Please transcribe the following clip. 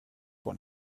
pour